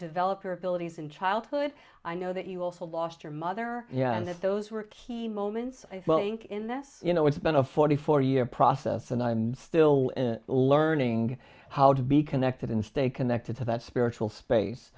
develop your abilities in childhood i know that you also lost your mother and if those were key moments well i think in this you know it's been a forty four year process and i'm still learning how to be connected and stay connected to that spiritual space